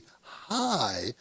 high